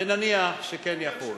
ונניח שכן יחול,